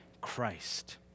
Christ